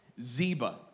Zeba